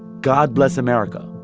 god bless america,